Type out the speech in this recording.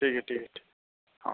ठीक आहे ठीक आहे ठीक हां